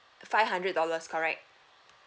five hundred dollars correct